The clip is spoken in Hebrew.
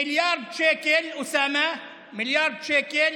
מיליארד שקל, אוסאמה, מיליארד שקל,